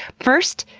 first,